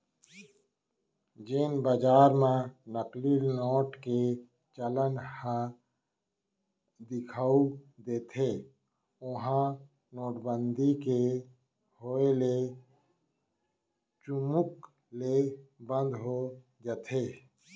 जेन बजार म नकली नोट के चलन ह दिखउल देथे ओहा नोटबंदी के होय ले चुमुक ले बंद हो जाथे